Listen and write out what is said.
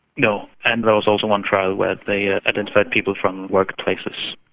no. and there was also one trial where they ah identified people from workplaces.